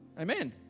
Amen